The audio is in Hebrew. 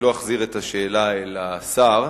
שבשטח הרשות